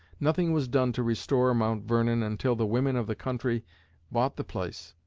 nothing was done to restore mount vernon until the women of the country bought the place.